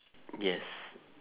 yes